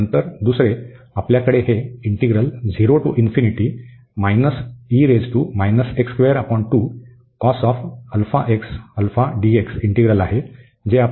आणि नंतर दुसरे आपल्याकडे हे इंटीग्रल आहे जे आपण फाय a सह सुरु केले आहे